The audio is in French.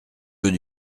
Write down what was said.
veut